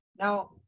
now